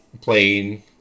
playing